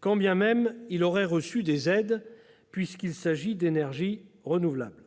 quand bien même il aurait reçu des aides, puisqu'il s'agit d'énergies renouvelables.